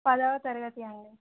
పదవ తరగతి అండి